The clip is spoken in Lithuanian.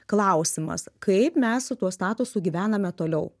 klausimas kaip mes su tuo statusu gyvename toliau